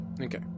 Okay